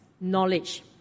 knowledge